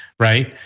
right?